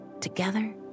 Together